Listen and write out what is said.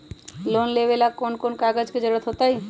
Loan लेवेला कौन कौन कागज के जरूरत होतई?